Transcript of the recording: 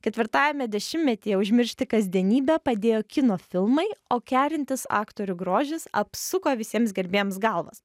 ketvirtajame dešimtmetyje užmiršti kasdienybę padėjo kino filmai o kerintis aktorių grožis apsuko visiems gerbėjams galvas